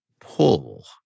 pull